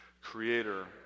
Creator